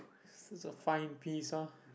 it's a fine piece ah